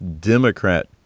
Democrat